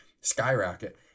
skyrocket